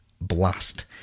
blast